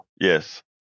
Yes